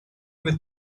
with